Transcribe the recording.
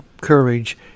courage